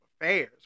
affairs